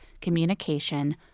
communication